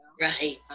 right